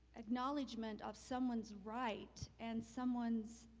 acknowledgement of someone's right and someone's